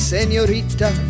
Senorita